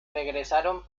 regresaron